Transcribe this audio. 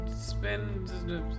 spend